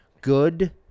good